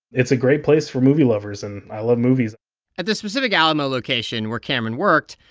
it's a great place for movie lovers, and i love movies at the specific alamo location where cameron worked,